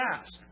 ask